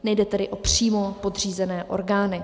Nejde tedy o přímo podřízené orgány.